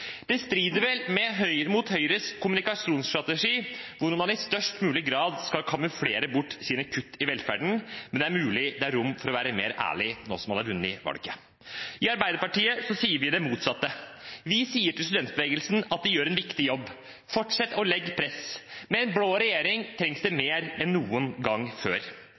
Det strider vel mot Høyres kommunikasjonsstrategi, hvor man i størst mulig grad skal kamuflere sine kutt i velferden, men det er mulig det er rom for å være mer ærlig nå som man har vunnet valget. I Arbeiderpartiet sier vi det motsatte. Vi sier til studentbevegelsen at den gjør en viktig jobb, og at den skal fortsette å legge press på politikerne. Med en blå regjering trengs det mer enn noen gang før.